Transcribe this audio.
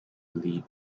believe